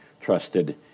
trusted